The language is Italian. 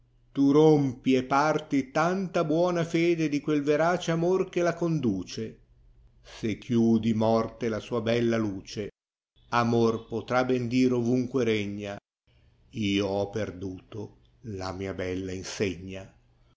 tu rompi e parti tanta buona lede di quel verace amor che la conduce se chiodi dlorte la sua bella luce amor potrà ben dire ovunque regna io ho perduto la mia bella insegna